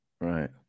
right